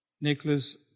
Nicholas